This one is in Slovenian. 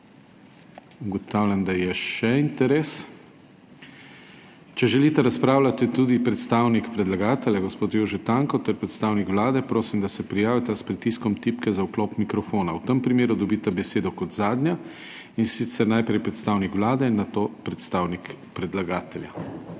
Ugotavljam, da je še interes. Če želita razpravljati tudi predstavnik predlagatelja gospod Jože Tanko ter predstavnik Vlade, prosim, da se prijavita s pritiskom tipke za vklop mikrofona. V tem primeru dobita besedo kot zadnja, in sicer najprej predstavnik Vlade in nato predstavnik predlagatelja.